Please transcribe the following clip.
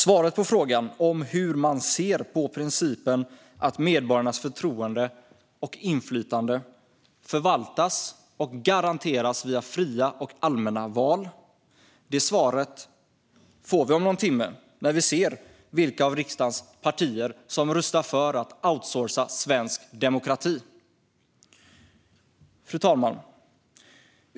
Svaret på hur man ser på principen att medborgarnas förtroende och inflytande förvaltas och garanteras via fria och allmänna val får vi om någon timme, när vi ser vilka av riksdagens partier som röstar för att outsourca svensk demokrati. Fru talman!